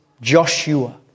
Joshua